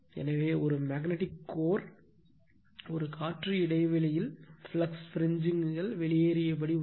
எனவே ஒரு magnetic core ஒரு காற்று இடைவெளியில் ஃப்ளக்ஸ் பிரிஞ்சிங் கள் வெளியேறியபடி உள்ளது